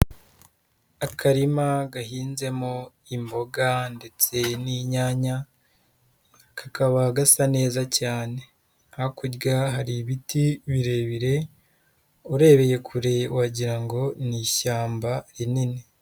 Akarima gahinzemo imboga ndetse n'inyanya kakaba gasa neza cyane. Hakurya hari ibiti birebire urebeye kure wagira ngo ni ishyamba rinini.